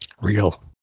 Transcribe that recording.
Real